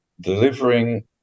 delivering